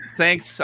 thanks